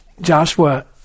Joshua